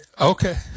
Okay